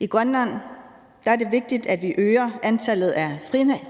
I Grønland er det vigtigt, at vi øger antallet af